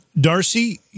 Darcy